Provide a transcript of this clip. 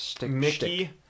Mickey